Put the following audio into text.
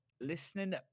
listening